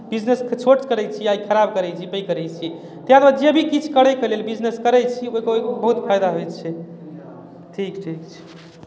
बिजनेसके छोट करैत छी आ ई खराब करैत छी पैघ करैत छी ताहि दुआरे जे भी करयके लेल बिजनेस करैत छी ओहिके बहुत फायदा होइत छै ठीक ठीक छै